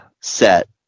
set